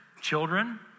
children